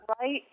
Right